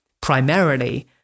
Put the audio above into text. Primarily